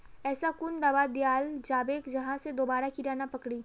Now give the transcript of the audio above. ऐसा कुन दाबा दियाल जाबे जहा से दोबारा कीड़ा नी पकड़े?